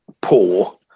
poor